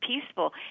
peaceful